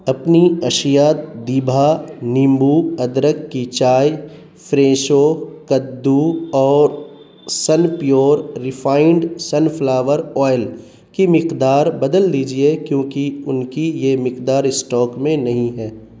اپنی اشیاء دیبھا نیمبو ادرک کی چائے فریشو کدو اور Sunpure refined sunflower oil کی مقدار بدل دیجیے کیونکہ ان کی یہ مقدار اسٹاک میں نہیں ہے